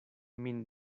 min